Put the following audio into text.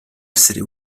essere